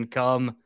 come